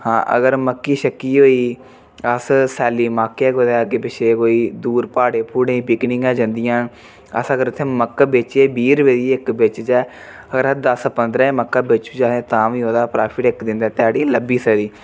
हा अगर मक्की शक्की होई गेई अस सैल्ली मक्क ऐ कुतै अग्गें पिच्छें कोई दूर प्हाड़े पूहड़े पिकनिक जन्दियां अस अगर उत्थे मक्क बेचियै बीह् रपेऽ दी इक बेचचै अगर अस दस पंदरां मक्कां बेचचै ते अहें तां बी ओह्दा प्रोफिट इक दिन दी ध्याड़ी लब्भी सकदी